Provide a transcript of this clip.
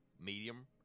medium